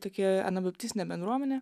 tokia anabaptiste bendruomene